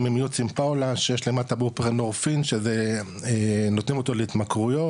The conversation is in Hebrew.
גם עם ייעוץ עם פאולה שיש למטה בופרנורפין שנותנים אותו להתמכרויות,